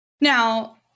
Now